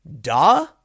Duh